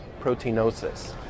proteinosis